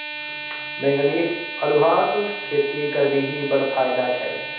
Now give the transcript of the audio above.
बैंगनी अल्हुआक खेती करबिही बड़ फायदा छै